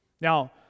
Now